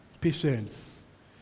Patience